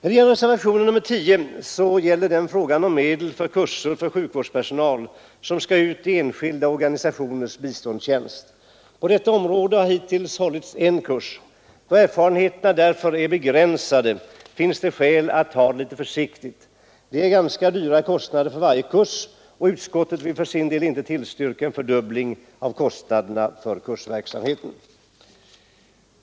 Reservationen 10 gäller frågan om kurser för sjukvårdspersonal som skall ut i enskilda organisationers biståndstjänst. På detta område har hittills hållits en kurs. Då erfarenheterna därför är begränsade, finns det skäl att ta det litet försiktigt. Varje kurs drar ganska dryga kostnader, och utskottet vill för sin del inte tillstyrka en fördubbling av kostnaderna för kursverksamheten.